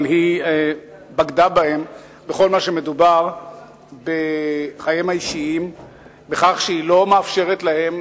אבל היא בגדה בהם ככל שמדובר בחייהם האישיים בכך שהיא לא מאפשרת להם